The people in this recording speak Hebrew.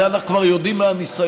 את זה אנחנו כבר יודעים מהניסיון,